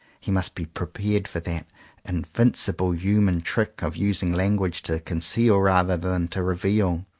he must be prepared for that invincible human trick of using language to conceal rather than to reveal.